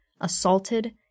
assaulted